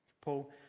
Paul